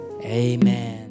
amen